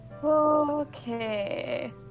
Okay